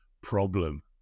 problem